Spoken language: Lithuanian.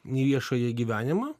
į viešąjį gyvenimą